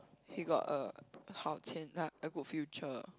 he got a 好前 like a good future